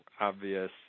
obvious